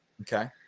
Okay